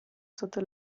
sotto